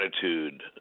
attitude